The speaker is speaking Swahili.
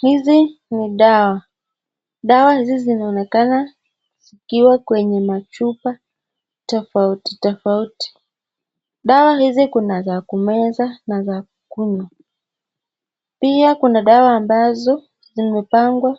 Hizi ni dawa dawa hizi zinaonekana zikiwa kwenye machupa tofauti tofauti dawa hizi kuna za kumeza na za kukunywa pia kuna dawa ambazo zimepangwa